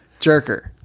Jerker